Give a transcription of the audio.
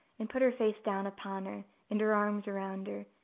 and put her face down upon her, and her arms around her,